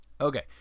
Okay